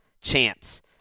chance